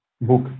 book